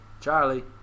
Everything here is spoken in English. Charlie